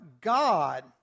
God